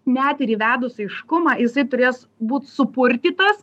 net ir įvedus aiškumą jisai turės būt supurtytas